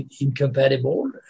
incompatible